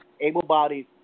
able-bodied